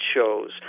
shows